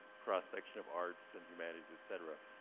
cross section of arts and humanities, etcetera.